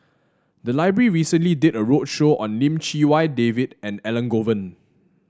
the library recently did a roadshow on Lim Chee Wai David and Elangovan